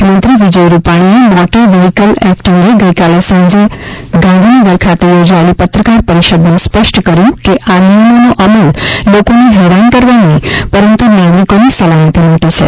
મુખ્યમંત્રી વિજય રૂપાણીએ motor vehicle act અંગે ગઇકાલે સાંજે ગાંધીનગર ખાતે યોજાયેલી પત્રકાર પરિષદમાં સ્પષ્ટ કર્યું કે આ નિયમોનો અમલ લોકોને હેરાન કરવા નહીં પરંતુ નાગરિકોની સલામતી માટે છે